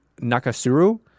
Nakasuru